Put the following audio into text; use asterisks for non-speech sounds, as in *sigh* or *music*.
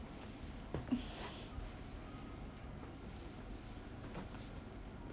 *noise*